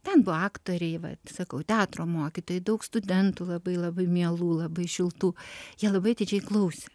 ten buvo aktoriai vat sakau teatro mokytojai daug studentų labai labai mielų labai šiltų jie labai atidžiai klausė